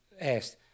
asked